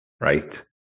right